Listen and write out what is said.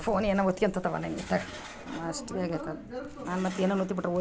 phone ಏನೊ ಒತ್ತಿಕೊಂತತವ ಅಷ್ಟು ಬೇಗ ಯಾಕೆ ಅದು ನಾನು ಮತ್ತು ಏನನೊ ಒತ್ಬಿಟ್ರೆ